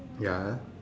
ya